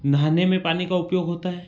नहाने में पानी का उपयोग होता है